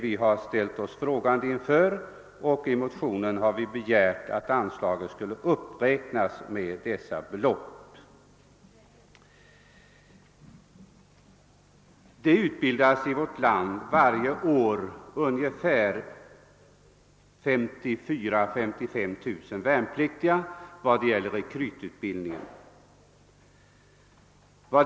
Vi har ställt oss frågande inför detta, och i motionen har vi begärt att anslagen skall uppräknas med dessa belopp. I vårt land får varje år 54 000 —55 000 värnpliktiga rekrytutbildning.